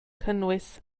cynnwys